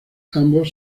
ambos